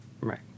Right